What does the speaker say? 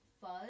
fuzz